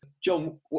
John